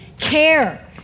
care